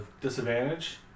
disadvantage